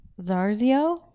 Zarzio